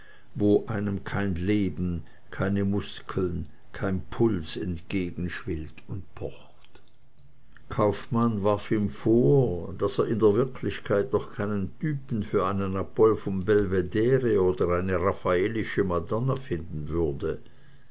wo einem kein leben keine muskeln kein puls entgegenschwillt und pocht kaufmann warf ihm vor daß er in der wirklichkeit doch keine typen für einen apoll von belvedere oder eine raffaelische madonna finden würde